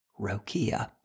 Rokia